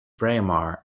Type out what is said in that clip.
braemar